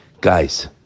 Guys